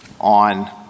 on